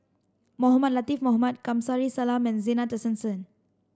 Mohamed Latiff Mohamed Kamsari Salam and Zena Tessensohn